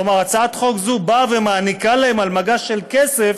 כלומר הצעת חוק זו נותנת להם על מגש של כסף